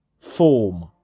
form